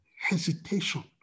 Hesitation